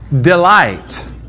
delight